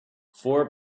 four